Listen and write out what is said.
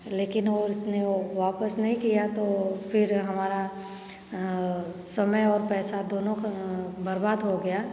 लेकिन वो इसने वो वापस नहीं किया तो फिर हमारा समय और पैसा दोनों बर्बाद हो गया